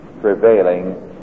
prevailing